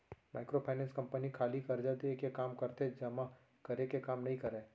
micro finance company खाली करजा देय के काम करथे जमा करे के काम नइ करय